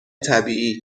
طبیعی